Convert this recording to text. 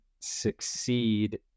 succeed